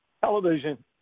television